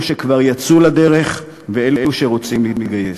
שכבר יצאו לדרך ואלו שרוצים להתגייס.